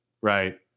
Right